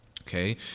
Okay